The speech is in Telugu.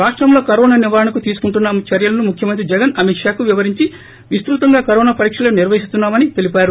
రాష్టంలో కరోనా నివారణకు తీసుకుంటున్న చర్యలను ముఖ్యమంత్రి జగన్ అమిత్ షాకు వివరించి విస్తుతంగా కరోనా పరీక్షలు నిర్వహిస్తున్నా మని తెలిపారు